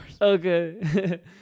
Okay